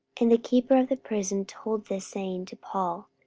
and the keeper of the prison told this saying to paul,